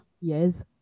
Yes